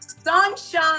Sunshine